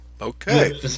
Okay